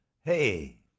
Hey